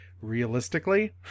realistically